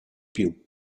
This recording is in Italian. più